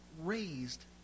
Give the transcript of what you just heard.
raised